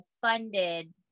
funded